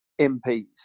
MPs